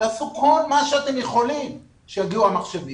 אומרים לנו שנעשה כל מה שאנחנו יכולים כדי שיגיעו המחשבים.